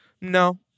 No